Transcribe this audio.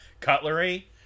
cutlery